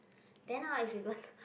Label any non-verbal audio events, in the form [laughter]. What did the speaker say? then now if you go [breath]